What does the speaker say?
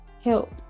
help